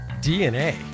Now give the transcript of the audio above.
DNA